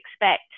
expect